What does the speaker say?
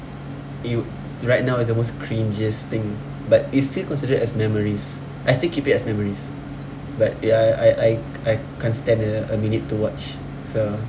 you right now it's the most cringiest thing but it's still considered as memories I still keep it as memories but ya I I I can't stand the a minute to watch so